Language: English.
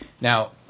Now